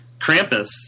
Krampus